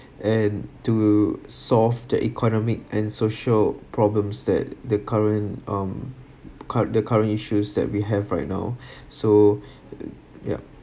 and to solve the economic and social problems that the current um cu~ the current issues that we have right now so yup